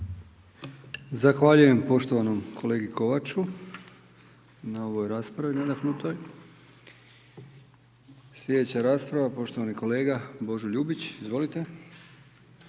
Zahvaljujem poštovanom kolegi Kovaču. na ovoj raspravi nadahnutoj. Sljedeća rasprava poštovani kolega Božo Ljubić. Izvolite.